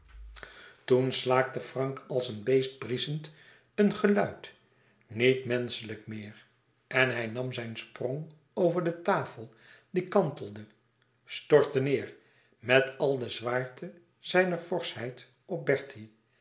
toen slaakte frank als een beest brieschend een geluid niet menschelijk meer en hij nam zijn sprong over de tafel die kantelde stortte neêr met al de zwaarte zijner forschheid op bertie